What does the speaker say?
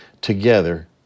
together